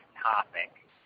topic